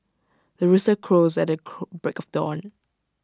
the rooster crows at the break of dawn